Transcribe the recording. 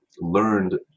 learned